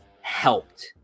helped